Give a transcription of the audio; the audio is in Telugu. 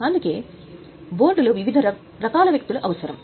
అందుకే బోర్డులో మీకు వివిధ రకాల వ్యక్తులు అవసరం